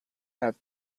have